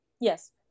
Yes